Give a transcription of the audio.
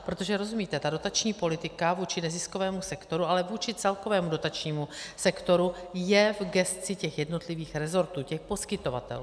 Protože rozumíte, ta dotační politika vůči neziskovému sektoru, ale vůči celkovému dotačnímu sektoru, je v gesci těch jednotlivých resortů, těch poskytovatelů.